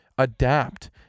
Adapt